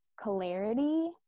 clarity